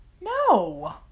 No